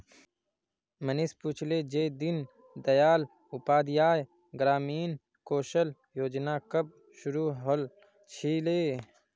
मनीष पूछले जे दीन दयाल उपाध्याय ग्रामीण कौशल योजना कब शुरू हल छिले